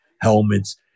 helmets